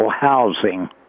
housing